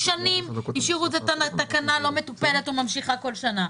שנים השאירו את התקנה לא מטופלת או ממשיכה כל שנה.